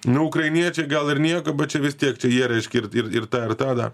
nu ukrainiečiai gal ir nieko bet čia vis tiek čia jie reiškia ir ir ir tą ir tą dar